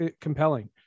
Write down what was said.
compelling